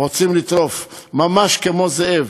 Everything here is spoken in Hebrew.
הם רוצים לטרוף ממש כמו זאב.